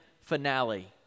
finale